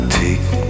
take